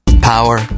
Power